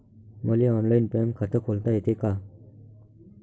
मले online bank खात खोलता येते का?